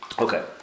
Okay